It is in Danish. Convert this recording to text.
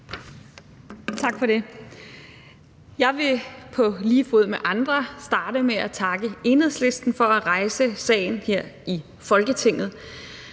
Tak for det. Jeg vil på lige fod med andre starte med at takke Enhedslisten for at rejse sagen her i Folketinget.